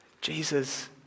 Jesus